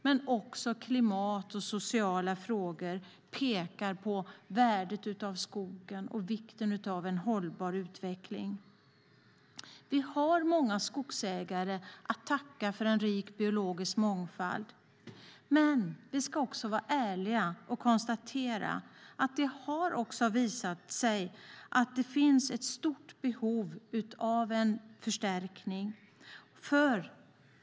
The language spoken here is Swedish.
Dessutom pekar klimatfrågor och sociala frågor på värdet av skogen och visar på vikten av hållbar utveckling. Vi har många skogsägare att tacka för en stor biologisk mångfald, men vi ska vara ärliga och konstatera att det också finns ett stort behov av förstärkning.